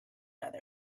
other